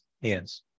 Yes